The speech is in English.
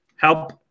Help